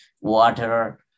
water